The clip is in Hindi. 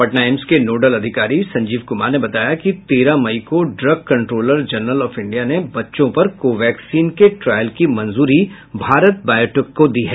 पटना एम्स के नोडल अधिकारी संजीव कुमार ने बताया कि तेरह मई को drug controller general of India ने बच्चों पर को वैक्सीन के ट्रायल की मंजूरी भारत बायोटेक को दी है